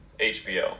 HBO